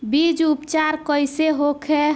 बीज उपचार कइसे होखे?